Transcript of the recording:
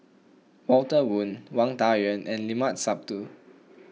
Walter Woon Wang Dayuan and Limat Sabtu